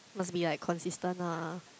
must be like consistent ah